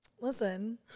Listen